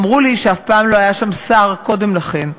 אמרו לי שאף פעם לא היה שם שר קודם לכן,